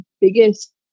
biggest